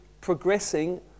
progressing